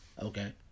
Okay